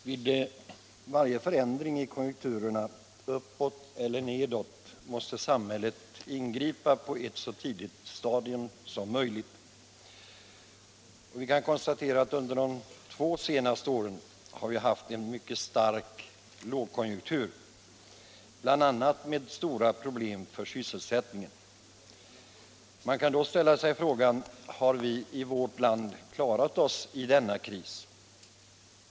Herr talman! Vid varje förändring i konjunkturerna uppåt eller nedåt måste samhället ingripa på ett så tidigt stadium som möjligt. Vi kan konstatera att vi under de senaste två åren har haft en mycket stark lågkonjunktur, bl.a. med mycket stora problem för sysselsättningen. Man kan därför ställa sig frågan: Har vi i vårt land klarat oss i denna kris?